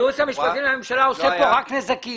--- הייעוץ המשפטי לממשלה עושה כאן רק נזקים.